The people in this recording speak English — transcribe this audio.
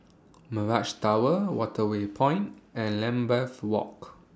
Mirage Tower Waterway Point and Lambeth Walk